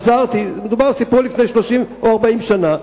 כשחזרתי, מדובר על סיפור מלפני 30 או 40 שנה,